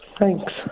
Thanks